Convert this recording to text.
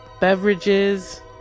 beverages